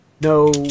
No